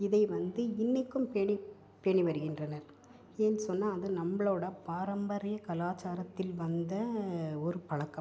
இதை வந்து இன்றைக்கும் பேணி பேணி வருகின்றனர் ஏன்னு சொன்னால் அது நம்மளோட பாரம்பரிய கலாச்சாரத்தில் வந்த ஒரு பழக்கம்